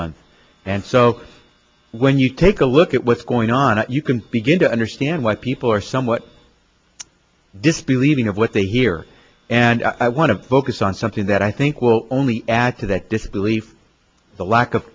month and so when you take a look at what's going on you can begin to understand why people are somewhat disbelieving of what they hear and i want to focus on something that i think will only add to that disbelief the lack of